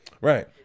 right